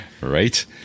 Right